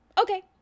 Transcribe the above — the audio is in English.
okay